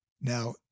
Now